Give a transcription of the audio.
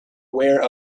aware